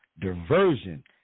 Diversion